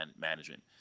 Management